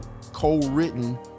co-written